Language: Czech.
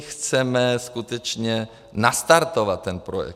Chceme skutečně nastartovat ten projekt.